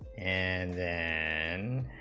and an